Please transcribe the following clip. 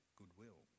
goodwill